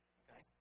okay